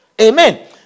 Amen